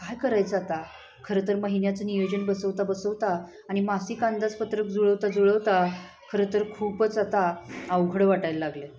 काय करायचं आता खरं तर महिन्याचं नियोजन बसवता बसवता आणि मासिक अंदाजपत्रक जुळवता जुळवता खरं तर खूपच आता अवघड वाटायला लागलं